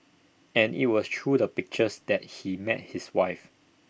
and IT was through the pictures that he met his wife